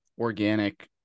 organic